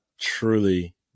truly